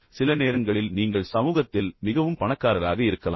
எனவே சில நேரங்களில் நீங்கள் சமூகத்தில் மிகவும் பணக்காரராக இருக்கலாம்